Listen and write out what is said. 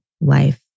life